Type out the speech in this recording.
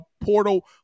portal